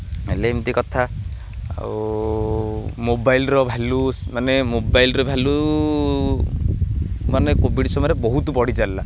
ତାହେଲେ ଏମିତି କଥା ଆଉ ମୋବାଇଲର ଭାଲ୍ୟୁ ମାନେ ମୋବାଇଲର ଭାଲ୍ୟୁମାନେ କୋଭିଡ଼ ସମୟରେ ବହୁତ ବଢ଼ିଚାଲିଲା